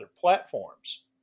platforms